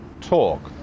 talk